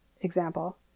example